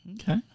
Okay